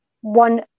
one